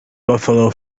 buffalo